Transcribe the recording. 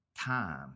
time